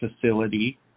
facility